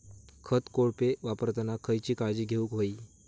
खत कोळपे वापरताना खयची काळजी घेऊक व्हयी?